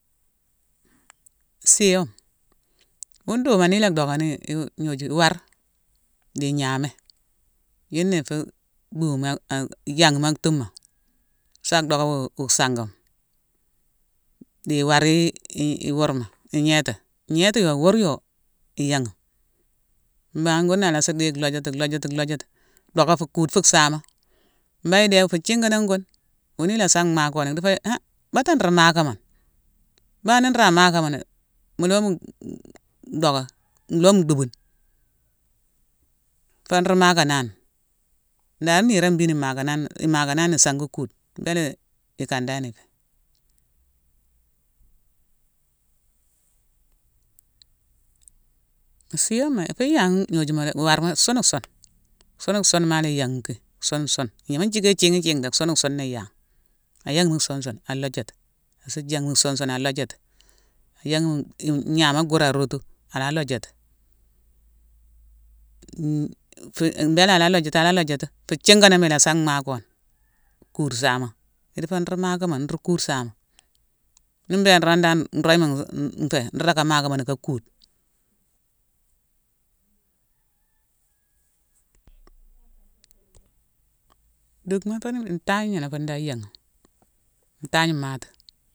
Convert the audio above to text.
Siyoma, wu nduma nila dockani-i-iwi gnoju iwar di ignaméy yuna ifu bhume, yanghime-a-a-aktuma sa docké wu sangema di iwar-i- iwurma, ignétima. ignétima yo, iwur yo i yanghime. Mbangh wun na alassa deye lhojati-lhojati-lhojati lhojati docka, kude fu saama. Mbangh idé yune fu thinganoone wuni ilassa maakoni; dicfo yicki han batta nru maakamoni. Bao nira maakamoni, mu loome-docké- loome dogune. foo ruu maakanani; ndari niiroone mbina imaakanani-imaakanani sangi kuudena. Mbélé ikandan ifé. Siyoma i yanghime ignoju dé, iwar sun-sun, sune-sune maala i yanghime ki; sune-sune. Ignama nthické ithiighi-ithiighi, sune-sune nala i yangh. A yanghime sunsune, a lhojati, assu janghime sunsune a lhojati. Yanghime-in-ignaméy kur arotu, ala lhojati mbéla ala lhojati-ala lhojati. Fu thinganooma ilassa maakoni kuude saama. I dicfo ruu maakanani, ruu kuude saama. Ni mbélé nrondan nroyma-we-we nfé, nruu locka mankamoni, ka kuude. ducma fune ntagnala fun dan yanghime, ntagne mmatima.